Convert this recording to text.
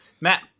matt